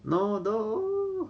no no